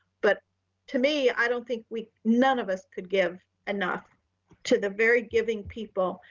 but to me i don't think we, none of us could give enough to the very giving people.